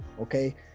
Okay